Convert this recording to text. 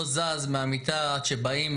לא זז מהמיטה עד שבאים,